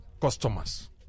customers